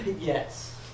Yes